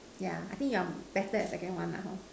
yeah I think you are better at second one lah hor